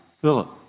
Philip